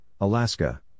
Alaska